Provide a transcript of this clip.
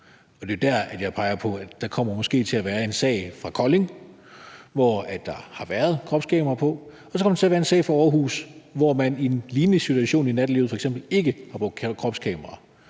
Og det er jo der, jeg peger på, at der måske kommer til at være en sag fra Kolding, hvor der har været kropskamera på, og så kommer der til at være en sag fra Aarhus, hvor man i en lignende situation i nattelivet f.eks. ikke har brugt kropskamera.